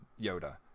Yoda